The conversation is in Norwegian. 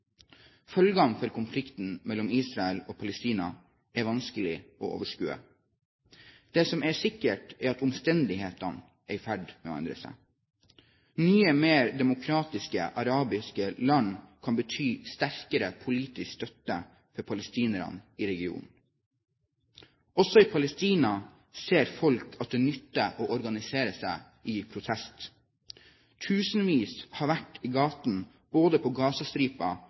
Følgene av konflikten mellom Israel og Palestina er vanskelig å overskue. Det som er sikkert, er at omstendighetene er i ferd med å endre seg. Nye, mer demokratiske arabiske land kan bety sterkere politisk støtte for palestinerne i regionen. Også i Palestina ser folk at det nytter å organisere seg i protest. Tusenvis har vært i gatene både på